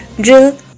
drill